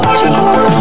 jeans